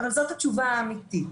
אבל זאת התשובה האמיתית.